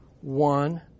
one